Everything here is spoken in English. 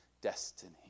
destiny